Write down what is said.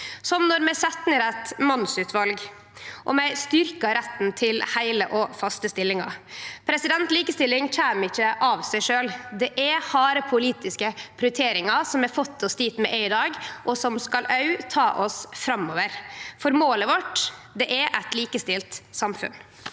kontroll, vi set ned eit mannsutval, og vi styrkjer retten til heile og faste stillingar. Likestilling kjem ikkje av seg sjølv. Det er harde politiske prioriteringar som har fått oss dit vi er i dag, og som òg skal ta oss framover, for målet vårt er eit likestilt samfunn.